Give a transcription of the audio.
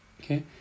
Okay